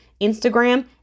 Instagram